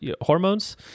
hormones